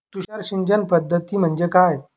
तुषार सिंचन पद्धती म्हणजे काय?